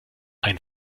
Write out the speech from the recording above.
ein